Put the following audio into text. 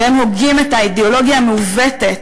והם הוגים את האידיאולוגיה המעוותת